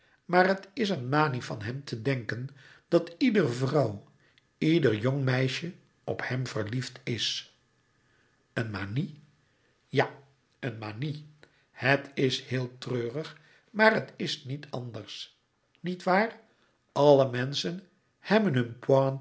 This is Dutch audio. maar het is een manie van hem te denken dat iedere vrouw ieder jong meisje op hem verliefd is een manie ja een manie het is heel treurig maar het is niet anders niet waar alle menschen hebben hun